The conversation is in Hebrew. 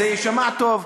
זה יישמע טוב.